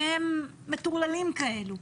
הם מטורללים כאלה,